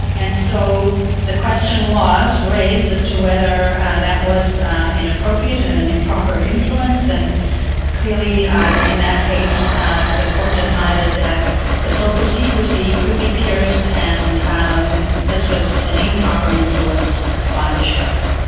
and so the question was raised as to whether that was inappropriate and an improper influence, and clearly in that case the court decided that the cloak of secrecy could be pierced and um this was an improper influence by the sheriff.